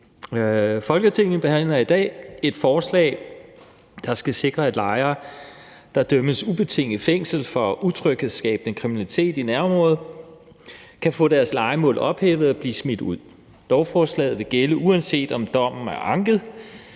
Folketinget behandler i dag et forslag, der skal sikre, at lejere, der idømmes ubetinget fængsel for utryghedsskabende kriminalitet i nærområdet, kan få deres lejemål ophævet og blive smidt ud. I lovforslaget vil det gælde, uanset om dommen er anket.